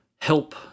help